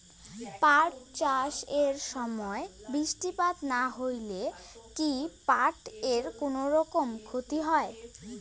পাট চাষ এর সময় বৃষ্টিপাত না হইলে কি পাট এর কুনোরকম ক্ষতি হয়?